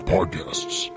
Podcasts